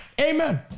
amen